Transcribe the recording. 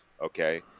Okay